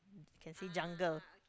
can see jungle